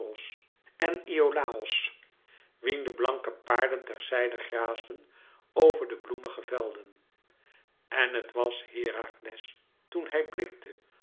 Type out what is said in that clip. en iolàos wien de blanke paarden ter zijde graasden over de bloemige velden en het was herakles toen hij blikte